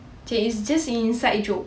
cam it's just inside joke